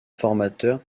formateur